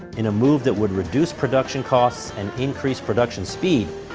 in a move that would reduce production costs and increase production speed,